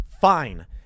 Fine